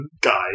guy